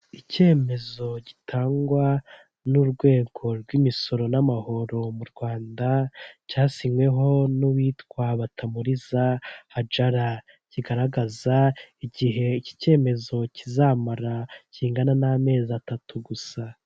Icyemezo gitangwa n'urwego rw'imisoro n'amahoro mu Rwanda cyasinyweho n'uwitwa batamuriza hajara, kigaragaza igihe iki cyemezo kizamara kingana n'amezi atatu gusa.